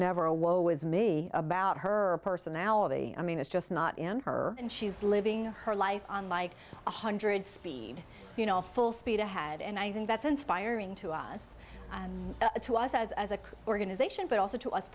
never a low with me about her personality i mean it's just not in her and she's living her life on like a hundred speed you know full speed ahead and i think that's inspiring to us and to us as a organization but also to us